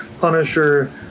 punisher